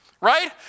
Right